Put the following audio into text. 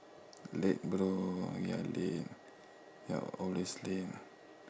late bro you're late you're always late